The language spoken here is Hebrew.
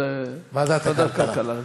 בוועדת הכלכלה.